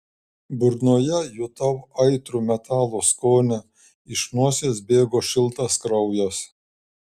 burnoje jutau aitrų metalo skonį iš nosies bėgo šiltas kraujas